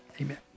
Amen